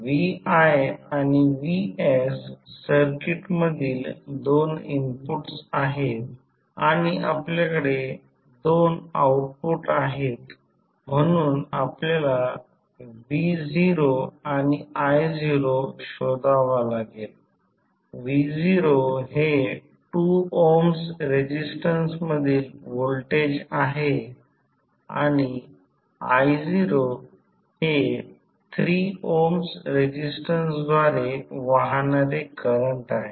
vi आणि vs circuit मधील दोन इनपुट्स आहेत आणि आपल्याकडे दोन आउटपुट आहेत म्हणून आपल्याला v0 आणि i0 शोधावा लागेल v0 हे 2 ohms रेसिस्टन्स मधील व्होल्टेज आहे आणि i0 हे 3 ohms रेझिस्टन्सद्वारे वाहणारे करंट आहे